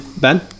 Ben